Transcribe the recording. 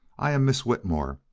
i am miss whitmore,